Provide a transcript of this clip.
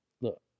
Look